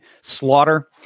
slaughter